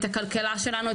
את הכלכלה שלנו,